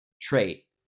trait